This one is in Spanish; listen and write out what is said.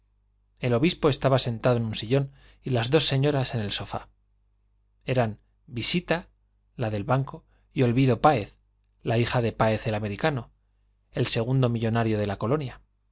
el obispo estaba sentado en un sillón y las dos señoras en el sofá eran visita la del banco y olvido páez la hija de páez el americano el segundo millonario de la colonia